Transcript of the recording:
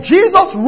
Jesus